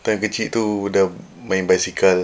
time kecil tu my bicycle